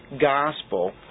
gospel